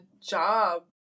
job